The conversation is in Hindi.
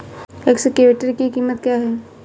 एक्सकेवेटर की कीमत क्या है?